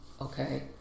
Okay